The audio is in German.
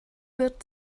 wird